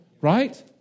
right